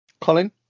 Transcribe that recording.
Colin